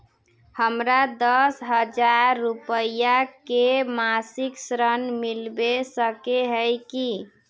हमरा दस हजार रुपया के मासिक ऋण मिलबे सके है की?